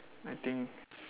I think